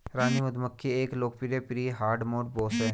रानी मधुमक्खी एक लोकप्रिय प्री हार्डमोड बॉस है